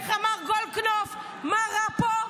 ואיך אמר גולדקנופ: מה רע פה,